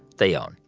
they own,